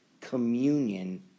communion